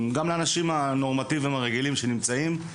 גם לאנשים הנורמטיביים הרגילים שנמצאים,